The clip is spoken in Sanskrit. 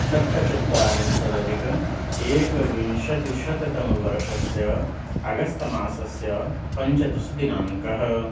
सप्तचत्वारिंशदधिक एकविंशतिशततमवर्षस्य अगस्तमासस्य पञ्चदशदिनाङ्कः